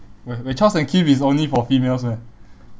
where where charles and keith is only for females meh